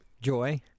Joy